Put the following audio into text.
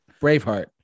Braveheart